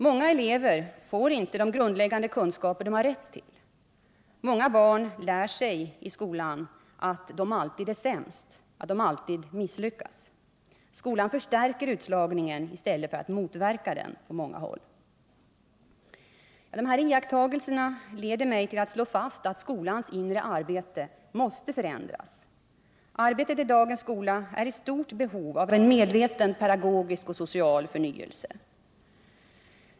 Många elever får inte de grundläggande kunskaper de har rätt till. Många barn lär sig i skolan att de alltid är sämst och att de ständigt misslyckas. Skolan förstärker på många håll utslagningen i stället för att motverka den. Dessa iakttagelser leder mig till att slå fast att skolans inre arbete måste förändras. Arbetet i dagens skola är i stort behov av en medveten pedagogisk och social förnyelse.